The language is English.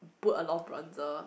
put a lot of bronzer